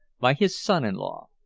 by his son-in-law.